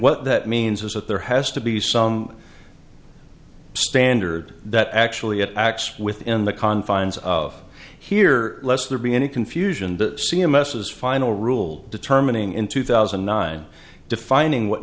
what that means is that there has to be some standard that actually it acts within the confines of here less there be any confusion that c m s is final rule determining in two thousand and nine defining what